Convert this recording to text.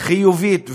חיובית וראויה,